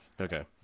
Okay